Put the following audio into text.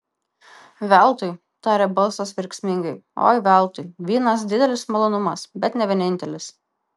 veltui tarė balsas verksmingai oi veltui vynas didelis malonumas bet ne vienintelis